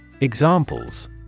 Examples